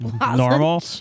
normal